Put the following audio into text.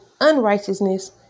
unrighteousness